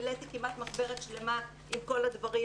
מילאתי כמעט מחברת שלמה עם כל הדברים.